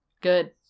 good